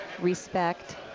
respect